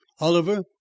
Oliver